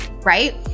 right